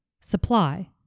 supply